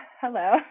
Hello